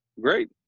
Great